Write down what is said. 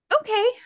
Okay